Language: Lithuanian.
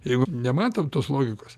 jeigu nematom tos logikos